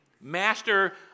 master